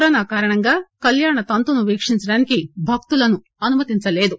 corona కారణంగా కల్యాణ తంతును వీక్షించడానికి భక్తులను అనుమతించలేదు